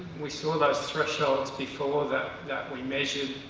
we saw those thresholds, before that that we measured,